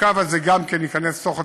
הקו הזה גם כן ייכנס לתוך התחרות,